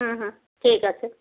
হুম হুম ঠিক আছে